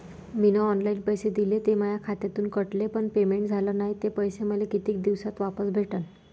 मीन online पैसे दिले, ते माया खात्यातून कटले, पण पेमेंट झाल नायं, ते पैसे मले कितीक दिवसात वापस भेटन?